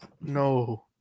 no